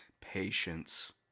patience